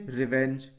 revenge